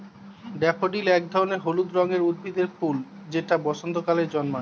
daffodil এক ধরনের হলুদ রঙের উদ্ভিদের ফুল যেটা বসন্তকালে জন্মায়